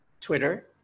Twitter